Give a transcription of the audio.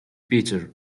peter